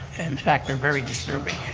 in fact they're very disturbing.